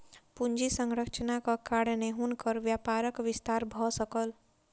पूंजी संरचनाक कारणेँ हुनकर व्यापारक विस्तार भ सकल